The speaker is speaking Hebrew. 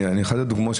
אחת הדוגמאות,